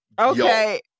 Okay